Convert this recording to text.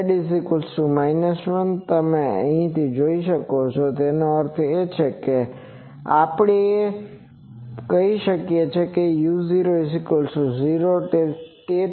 Ƶ 1 અહીંથી તમે તે જોઈ શકો છો તેનો અર્થ એ કે આપણે કહી શકીએ કે u u00 છે